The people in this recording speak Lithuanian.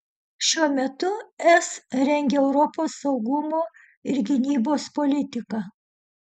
šiuo metu es rengia europos saugumo ir gynybos politiką